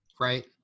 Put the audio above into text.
Right